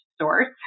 source